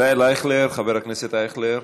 ישראל אייכלר, חבר הכנסת אייכלר,